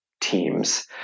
teams